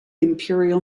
imperial